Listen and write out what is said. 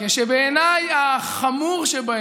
הרווחה והעניינים החברתיים.